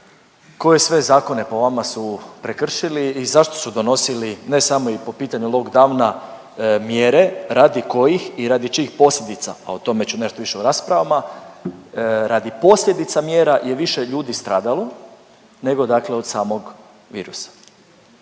Koje sve zakone po vama su prekršili i zašto su donosili, ne samo i po pitanju lockdowna mjere radi kojih i radi čijih posljedica, a o tome ću nešto više u raspravama, radi posljedica mjera je više ljudi stradalo nego dakle od samog virusa?